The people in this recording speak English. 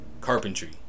carpentry